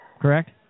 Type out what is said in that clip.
Correct